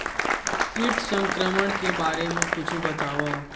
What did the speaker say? कीट संक्रमण के बारे म कुछु बतावव?